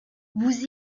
vous